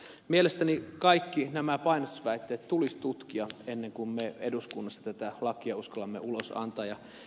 mielestäni kaikki nämä painostusväitteet tulisi tutkia ennen kuin me eduskunnassa tätä lakia uskallamme ulos antaa